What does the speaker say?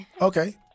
okay